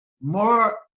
more